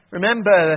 Remember